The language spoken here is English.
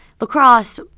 lacrosse